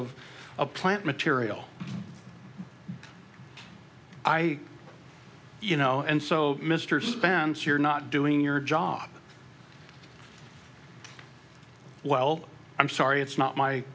of a plant material i you know and so mr spence you're not doing your job well i'm sorry it's not my